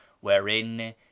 wherein